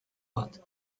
bat